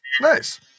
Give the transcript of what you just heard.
Nice